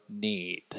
need